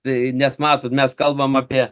tai nes matote mes kalbame apie